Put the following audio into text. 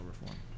reform